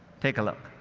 take a look.